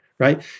right